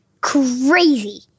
crazy